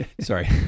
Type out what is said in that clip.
sorry